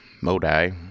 Modi